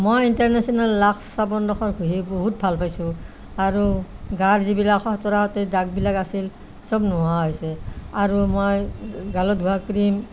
মই international Lux চাবোনডোখৰ ঘঁহি বহুত ভাল পাইছোঁ আৰু গাৰ যিবিলাক শোটোৰা শোটোৰি দাগবিলাক আছিল চব নোহোৱা হৈছে আৰু মই গালত ঘঁহা ক্ৰীম